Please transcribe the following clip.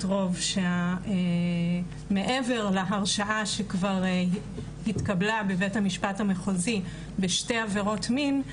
רוב שמעבר להרשעה שכבר התקבלה בבית המשפט המחוזי בשתי עבירות מין,